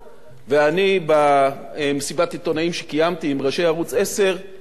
במסיבת העיתונאים שקיימתי עם ראשי ערוץ-10 הבעתי תפילה